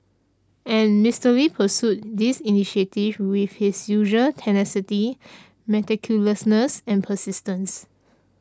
and Mister Lee pursued this initiative with his usual tenacity meticulousness and persistence